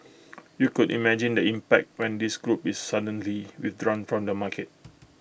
you could imagine the impact when this group is suddenly withdrawn from the market